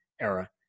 era